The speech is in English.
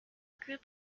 group